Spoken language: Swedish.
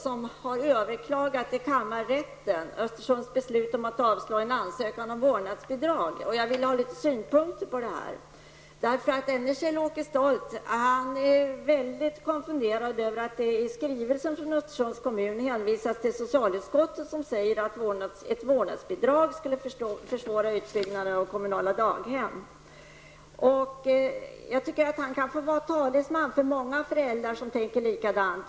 Han har till kammarrätten överklagat Östersunds kommuns beslut om att avslå en ansökan om vårdnadsbidrag. Jag vill ha litet synpunkter på detta. Denne Kjell-Åke Stolt är mycket konfunderad över att det i skrivelsen från Östersunds kommun hänvisas till socialutskottet, som säger att ett vårdnadsbidrag skulle försvåra utbyggnaden av kommunala daghem. Jag tycker att han får vara talesman för många föräldrar som tänker likadant.